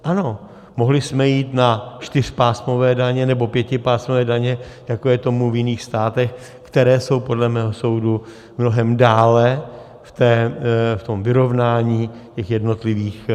Ano, mohli jsme jít na čtyřpásmové daně nebo pětipásmové daně, jako je tomu v jiných státech, které jsou podle mého soudu mnohem dále v tom vyrovnání těch jednotlivých kroků.